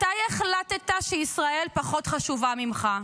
מתי החלטת שישראל פחות חשובה ממך?